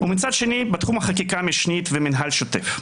ומצד שני בתחום החקיקה המשנית ומנהל שוטף.